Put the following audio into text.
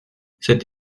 cette